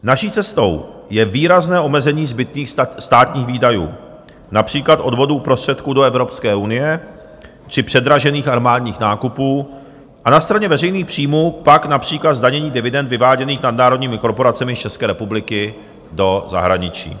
Naší cestou je výrazné omezení zbytných státních výdajů, například odvodů prostředků do Evropské unie či předražených armádních nákupů a na straně veřejných příjmů pak například zdanění dividend vyváděných nadnárodními korporacemi z České republiky do zahraničí.